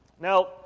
Now